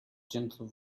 gentle